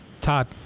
Todd